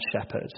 shepherd